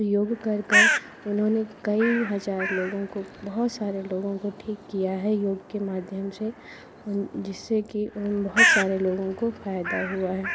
योग कर कर उन्होंने कई हजार लोगों को बहुत सारे लोगों को ठीक किया है योग के माध्यम से अन जिससे कि बहुत सारे लोगों को फायदा हुआ है